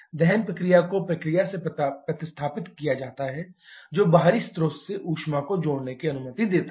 दहन प्रक्रिया को प्रक्रिया से प्रतिस्थापित किया जाता है जो बाहरी स्रोत से ऊष्मा को जोड़ने की अनुमति देता है